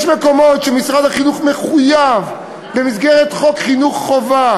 יש מקומות שמשרד החינוך מחויב במסגרת חוק חינוך חובה,